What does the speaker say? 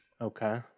Okay